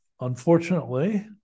unfortunately